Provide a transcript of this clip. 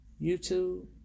YouTube